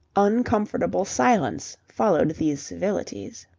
uncomfortable silence followed these civilities.